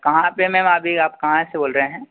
कहाँ पर हैं मैम अभी आप कहाँ से बोल रहे हैं